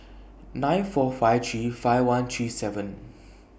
nine four five three five one three seven